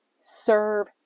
serve